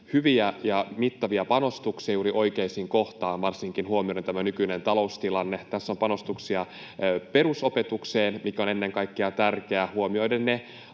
hyviä ja mittavia panostuksia juuri oikeisiin kohtiin varsinkin huomioiden tämä nykyinen taloustilanne. Tässä on panostuksia perusopetukseen, mikä on ennen kaikkea tärkeää, huomioiden ne